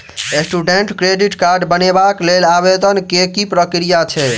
Student credit card बनेबाक लेल आवेदन केँ की प्रक्रिया छै?